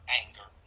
anger